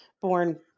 born